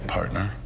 partner